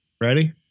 Ready